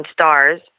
stars